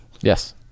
Yes